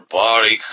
body